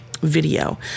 Video